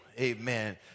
Amen